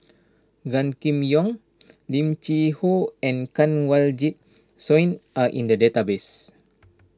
Gan Kim Yong Lim Cheng Hoe and Kanwaljit Soin are in the database